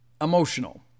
emotional